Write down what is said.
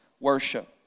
worship